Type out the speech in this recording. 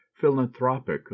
philanthropic